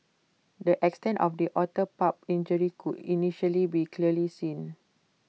the extent of the otter pup's injury could initially be clearly seen